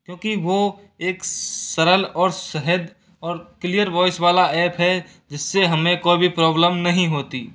क्योंकि वो एक सरल और सहज और क्लियर वॉइस वाला ऐप है जिससे हमें कोई भी प्रॉब्लम नहीं होती